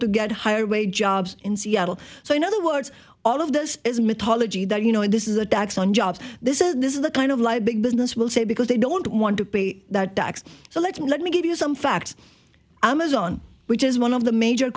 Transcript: to get higher wage jobs in seattle so in other words all of this is mythology that you know this is a tax on jobs this is the kind of lie big business will say because they don't want to pay that tax so let me give you some facts amazon which is one of the major